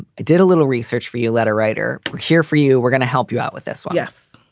i did a little research for you, letter writer here for you. we're gonna help you out with this. yes.